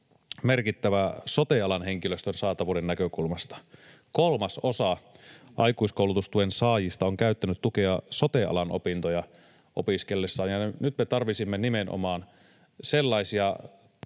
merkittävä sote-alan henkilöstön saatavuuden näkökulmasta. Kolmasosa aikuiskoulutustuen saajista on käyttänyt tukea sote-alan opintoja opiskellessaan. Nyt me tarvitsisimme nimenomaan sellaisia